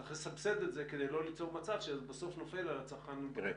צריך לסבסד את זה כדי לא ליצור מצב שזה בסוף נופל על הצרכן בקצה.